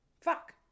Fuck